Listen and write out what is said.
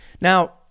Now